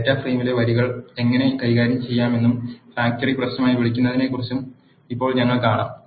data ഫ്രെയിമിലെ വരികൾ എങ്ങനെ കൈകാര്യം ചെയ്യാമെന്നും ഫാക്ടറി പ്രശ്നമായി വിളിക്കുന്നതിനെക്കുറിച്ചും ഇപ്പോൾ ഞങ്ങൾ കാണും